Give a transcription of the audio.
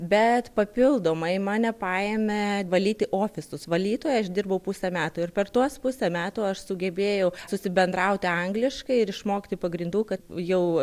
bet papildomai mane paėmė valyti ofisus valytoja išdirbau pusę metų ir per tuos pusę metų aš sugebėjau susibendrauti angliškai ir išmokti pagrindų kad jau